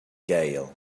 gale